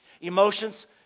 Emotions